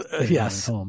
Yes